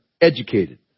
educated